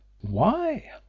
Why